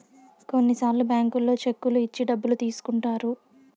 కొన్నిసార్లు బ్యాంకుల్లో చెక్కులు ఇచ్చి డబ్బులు తీసుకుంటారు